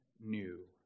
new